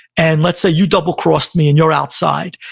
and let's say you double crossed me and you're outside,